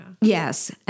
Yes